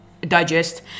digest